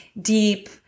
deep